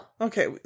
Okay